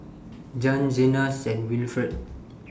Jann Zenas and Wilfrid